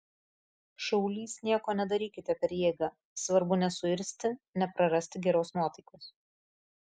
šaulys nieko nedarykite per jėgą svarbu nesuirzti neprarasti geros nuotaikos